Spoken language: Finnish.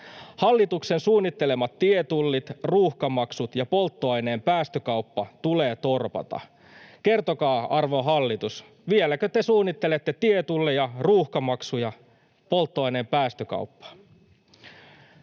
Hallituksen suunnittelemat tietullit, ruuhkamaksut ja polttoaineen päästökauppa tulee torpata. Kertokaa, arvon hallitus: vieläkö te suunnittelette tietulleja, ruuhkamaksuja ja polttoaineen päästökauppaa?